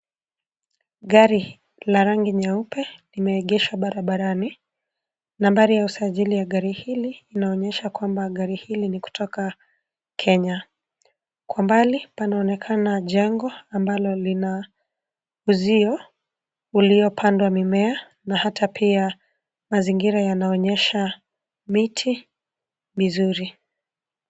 Gari la rangi nyeupe limeegeshwa barabarani. Nambari ya usajili la gari hili linaonyesha kwamba gari hili ni kutoka Kenya. Kwa mbali panaonekana jengo ambalo lina uzio uliopandwa mimea na hata pia mazingira yanaonyesha miti mizuri.